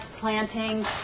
planting